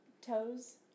Toes